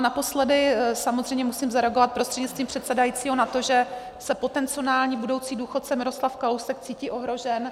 A naposledy samozřejmě musím zareagovat prostřednictvím předsedajícího na to, že se potenciální budoucí důchodce Miroslav Kalousek cítí ohrožen.